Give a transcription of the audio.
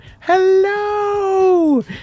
hello